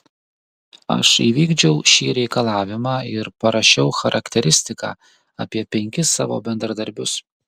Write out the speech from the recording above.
aš įvykdžiau šį reikalavimą ir parašiau charakteristiką apie penkis savo bendradarbius